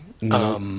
No